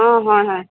অ হয় হয়